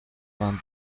vingt